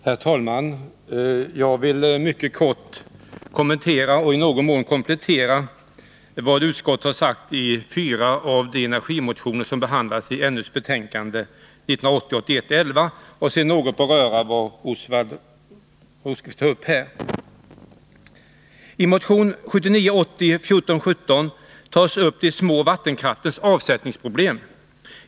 Herr talman! Jag vill mycket kort kommentera och i någon mån komplettera vad utskottet har sagt i anledning av fyra av de energimotioner som behandlas i NU:s betänkande 1980 80:1417 behandlas de små vattenkraftverkens avsättningsproblem.